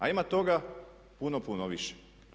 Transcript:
A ima toga puno, puno više.